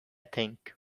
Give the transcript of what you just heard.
think